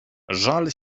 żal